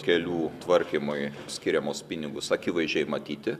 kelių tvarkymui skiriamus pinigus akivaizdžiai matyti